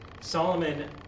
Solomon